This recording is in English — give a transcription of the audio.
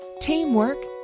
teamwork